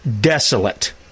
desolate